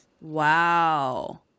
Wow